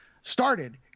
started